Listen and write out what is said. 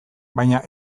baina